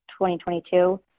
2022